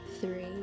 Three